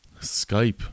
Skype